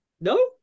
No